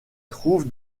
trouve